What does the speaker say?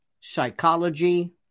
psychology